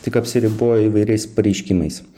tik apsiribojo įvairiais pareiškimais